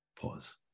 Pause